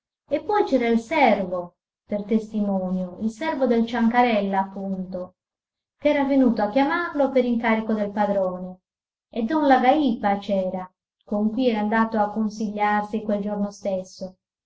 e poi c'era il servo per testimonio il servo del ciancarella appunto ch'era venuto a chiamarlo per incarico del padrone e don lagàipa c'era con cui era andato a consigliarsi quel giorno stesso